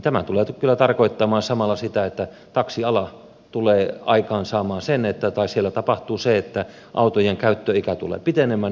tämä tulee nyt kyllä tarkoittamaan samalla sitä että taksialalla tulee aikaansaama asennetta tai siellä tapahtuu se että autojen käyttöikä tulee pitenemään